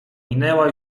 minęła